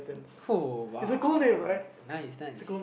uh !wow! nice nice